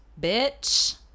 bitch